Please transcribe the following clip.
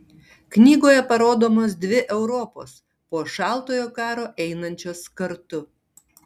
knygoje parodomos dvi europos po šaltojo karo einančios kartu